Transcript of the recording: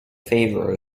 favor